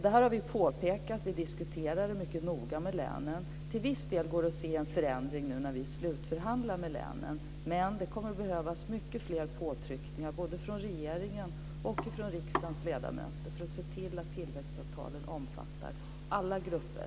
Detta har vi påpekat och vi diskuterar det mycket noga med länen. Till viss del går det att se en förändring nu när vi slutförhandlar med länen men det kommer att behövas mycket mer av påtryckningar både från regeringen och från riksdagens ledamöter för att se till att tillväxtavtalen omfattar alla grupper.